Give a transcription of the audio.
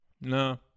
No